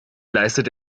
leistet